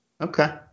Okay